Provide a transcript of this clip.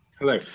Hello